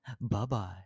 Bye-bye